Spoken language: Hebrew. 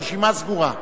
הרשימה סגורה.